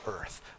earth